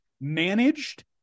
managed